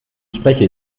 spreche